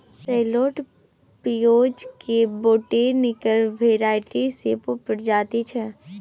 सैलोट पिओज केर botanical variety सेपा प्रजाति छै